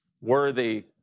worthy